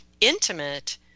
intimate